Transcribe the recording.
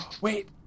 Wait